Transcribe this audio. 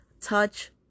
touch